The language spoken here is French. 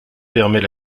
permet